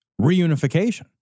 reunification